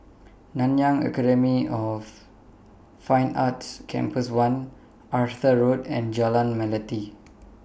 Nanyang Academy of Fine Arts Campus one Arthur Road and Jalan Melati